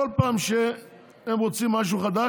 וכל פעם שהם רוצים משהו חדש,